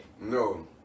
No